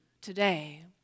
today